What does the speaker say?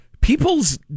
People's